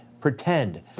pretend